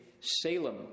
Salem